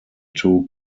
two